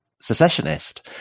secessionist